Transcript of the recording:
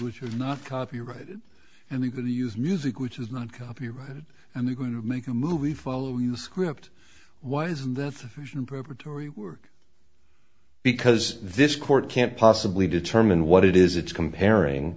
which are not copyrighted and we're going to use music which is not copyrighted and we're going to make a movie follow you script why isn't that the vision preparatory work because this court can't possibly determine what it is it's comparing